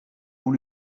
vous